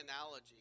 analogy